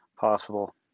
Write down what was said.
possible